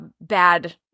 bad